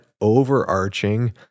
overarching